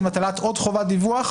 למעשה, הטלת עוד חובת דיווח.